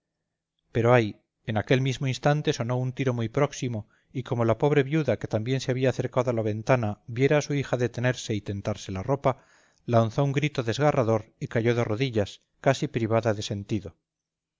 pero ay en aquel mismo instante sonó un tiro muy próximo y como la pobre viuda que también se había acercado a la ventana viera a su hija detenerse y tentarse la ropa lanzó un grito desgarrador y cayó de rodillas casi privada de sentido